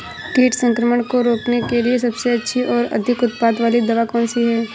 कीट संक्रमण को रोकने के लिए सबसे अच्छी और अधिक उत्पाद वाली दवा कौन सी है?